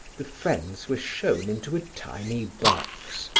the friends were shown into a tiny box,